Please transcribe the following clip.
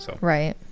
Right